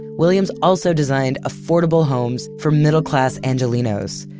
williams also designed affordable homes for middle-class angelenos,